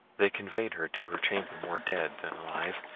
they conveyed her to her chamber more dead than alive,